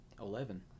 Eleven